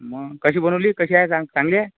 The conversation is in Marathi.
मग कशी बनवली कशी आहे चां चांगली आहे